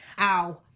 Ow